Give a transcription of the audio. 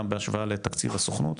גם בהשוואה לתקציב הסוכנות,